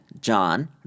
John